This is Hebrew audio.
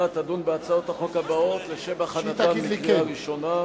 תדון בהצעות החוק הבאות לשם הכנתן לקריאה ראשונה: